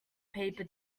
paper